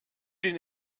den